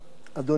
אדוני השר,